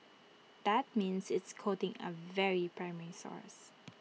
that means it's quoting A very primary source